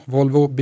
Volvo